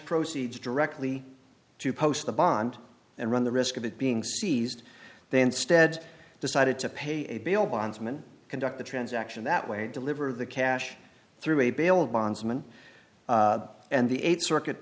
proceeds directly to post the bond and run the risk of it being seized they instead decided to pay a bail bondsman conduct the transaction that way deliver the cash through a bail bondsman and the eight